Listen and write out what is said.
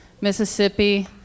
Mississippi